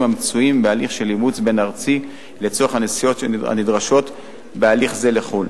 המצויים בהליך של אימוץ בין-ארצי לצורך הנסיעות הנדרשות בהליך זה לחו"ל.